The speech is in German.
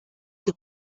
die